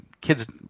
kids